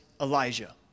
Elijah